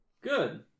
Good